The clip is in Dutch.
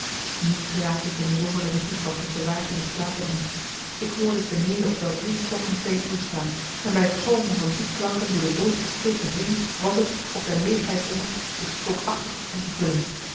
nu geraakte ik in een zonderlinge toestand tusschen waken en slapen in ik hoorde t beneden op marcellus emants een nagelaten bekentenis wel drie klokken twee uur slaan en bij het galmen van die klanken door de doodsche stilte heen was t of de leegheid om me zich spookachtig begon te vullen